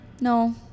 No